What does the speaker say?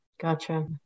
Gotcha